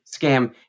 scam